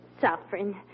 suffering